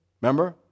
Remember